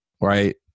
right